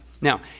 Now